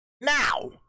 Now